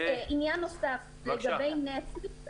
עניין נוסף לגבי נטפליקס.